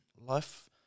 life